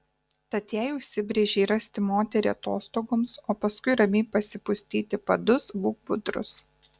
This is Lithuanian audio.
tad jei užsibrėžei rasti moterį atostogoms o paskui ramiai pasipustyti padus būk budrus